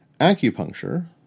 Acupuncture